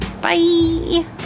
Bye